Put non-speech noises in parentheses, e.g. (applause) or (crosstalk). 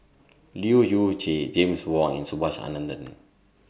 (noise) Leu Yew Chye James Wong and Subhas Anandan